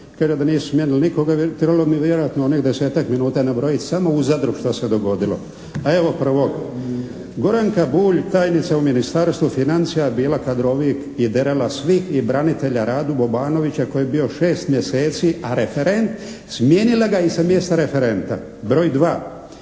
Kaže da nisu smijenili nikoga, trebalo bi mi vjerojatno desetak minuta nabrojiti samo u Zadru što se dogodilo. A evo prvog. Goranka Bulj tajnica u Ministarstvu financija je bila kadrovik i derala svih i branitelja Radu Bobanovića koji je bio šest mjeseci a referent, smijenila ga i sa mjesta referenta. Broj dva,